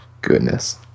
goodness